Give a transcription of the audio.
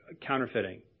counterfeiting